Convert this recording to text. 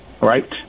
Right